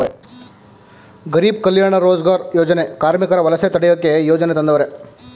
ಗಾರೀಬ್ ಕಲ್ಯಾಣ ರೋಜಗಾರ್ ಯೋಜನೆ ಕಾರ್ಮಿಕರ ವಲಸೆ ತಡಿಯೋಕೆ ಯೋಜನೆ ತಂದವರೆ